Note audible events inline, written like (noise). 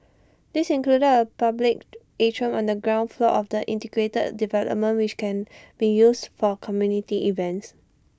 these included A public (noise) atrium on the ground floor of the integrated development which can be used for community events